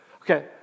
Okay